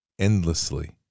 endlessly